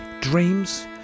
dreams